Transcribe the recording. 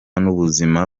n’ubuzima